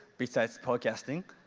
besides podcasting,